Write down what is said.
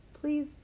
Please